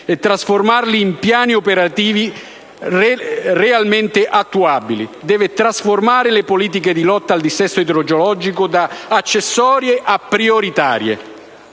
e trasformarli in piani operativi realmente attuabili. Deve trasformare le politiche di lotta al dissesto idrogeologico da accessorie a prioritarie.